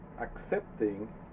accepting